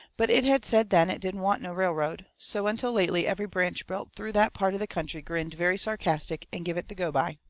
but it had said then it didn't want no railroad. so until lately every branch built through that part of the country grinned very sarcastic and give it the go-by.